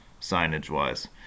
signage-wise